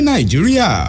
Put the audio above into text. Nigeria